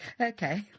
Okay